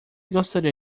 gostaria